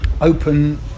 open